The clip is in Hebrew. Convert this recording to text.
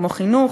כמו חינוך,